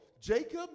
Jacob